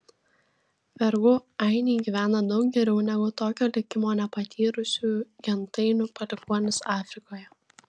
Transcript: vergų ainiai gyvena daug geriau negu tokio likimo nepatyrusiųjų gentainių palikuonys afrikoje